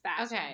Okay